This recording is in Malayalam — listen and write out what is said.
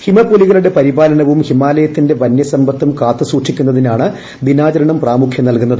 ഹിമപ്പുലികളുടെ പരിപാലനവും ഹിമാലയത്തിന്റെ വനൃസമ്പത്തും കാത്തു സൂക്ഷിക്കുന്നതിനാണ് ദിനാചരണം പ്രാമുഖൃം നൽകുന്നത്